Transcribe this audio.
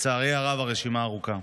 לצערי הרב, הרשימה ארוכה.